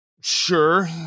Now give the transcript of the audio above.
sure